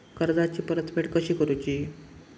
कर्जाची परतफेड कशी करुची?